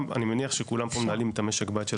אז הם לא רוצים למכור לעניים אחרי 30 שנות שכירות.